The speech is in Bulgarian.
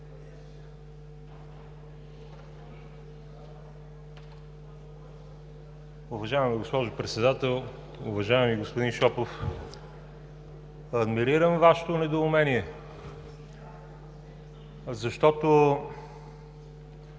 Уважаема госпожо Председател, уважаеми господин Шопов! Адмирирам Вашето недоумение, защото